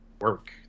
work